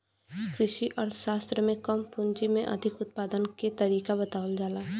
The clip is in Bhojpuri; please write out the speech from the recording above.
कृषि अर्थशास्त्र में कम पूंजी में अधिक उत्पादन के तरीका बतावल जाला